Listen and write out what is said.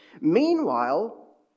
meanwhile